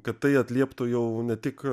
kad tai atlieptų jau ne tik